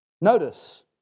Notice